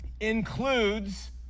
includes